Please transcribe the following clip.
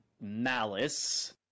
malice